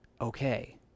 okay